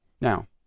Now